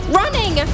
running